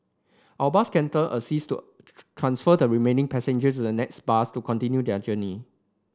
our bus captain assisted to transfer the remaining passengers to the next bus to continue their journey